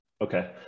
Okay